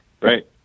Right